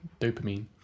dopamine